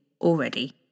already